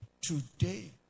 today